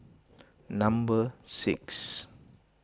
number six